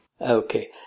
Okay